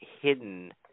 hidden